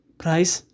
price